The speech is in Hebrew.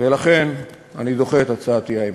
ולכן אני דוחה את הצעת האי-אמון.